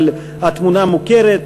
אבל התמונה מוכרת.